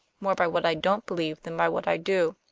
more by what i don't believe than by what i do.